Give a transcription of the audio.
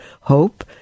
hope